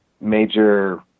major